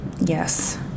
Yes